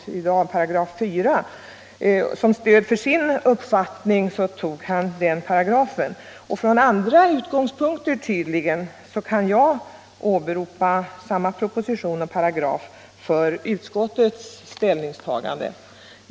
Som stöd för sin uppfattning tog han § 4. Och från andra utgångspunkter — tydligen — kan jag åberopa samma proposition och paragraf för utskottets ställningstagande.